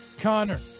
Connor